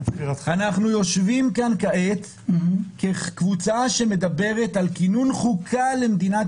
אנחנו יושבים כאן כעת כקבוצה שמדברת על כינון חוקה למדינת